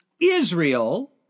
Israel